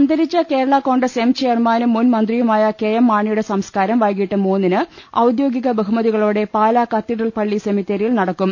അന്തരിച്ച കേരള കോൺഗ്രസ് എം ചെയർമാനും മുൻമന്ത്രി യുമായ കെ എം മാണിയുടെ സംസ്കാർം വൈകിട്ട് മൂന്നിന് ഔദ്യോഗിക ബഹുമതികളോടെ പ്രാലാ ക്ത്തീഡ്രൽ പളളി സെമി ത്തേരിയിൽ നടക്കും